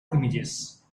images